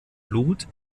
blut